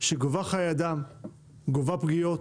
שגובה חיי אדם וגורמת לפגיעות,